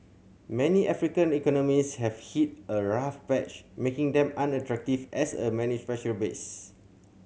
many African economies have hit a rough patch making them unattractive as a manufacturing base